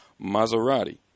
Maserati